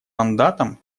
мандатом